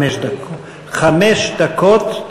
חמש דקות.